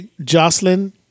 Jocelyn